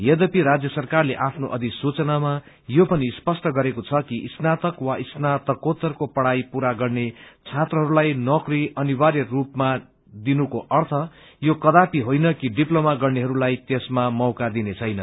यद्यपि राजय सरकारले आफ्नो अधिसूचनामा यो पनि स्पष्ट गरेको छ कि स्नाकत वा स्नाककोत्तरको पढ़ाई पूरा गर्ने छात्रहरूलाई नौकरी अनिर्वाय रूप दिनुको अर्थ यो कदापि होइनको डिप्लोमा गर्नेहरूलाई यसमा मौका दिइनेछैन